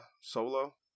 solo